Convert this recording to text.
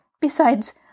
Besides